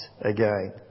again